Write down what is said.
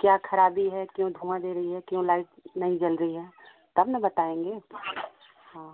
क्या खराबी है क्यों धुआँ दे रही है क्यों लाइट नहीं जल रही है तब ना बताएँगे हाँ